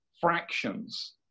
fractions